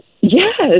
Yes